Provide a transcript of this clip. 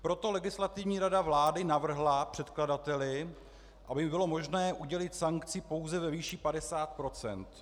Proto Legislativní rada vlády navrhla předkladateli, aby bylo možné udělit sankci pouze ve výši 50 %.